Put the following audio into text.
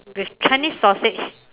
with Chinese sausage